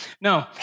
No